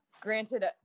granted